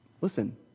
Listen